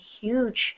huge